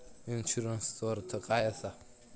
इन्शुरन्सचो अर्थ काय असा?